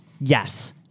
yes